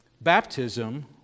Baptism